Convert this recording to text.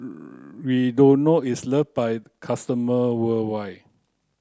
Redoxon is loved by customer worldwide